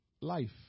Life